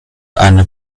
eine